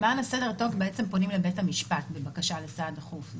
למען הסדר הטוב בעצם פונים לבית המשפט בבקשה לסעד דחוף.